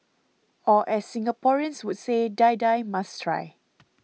or as Singaporeans would say Die Die must try